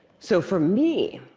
so for me,